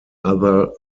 other